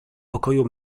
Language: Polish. pokoju